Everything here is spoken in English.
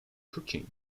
cooking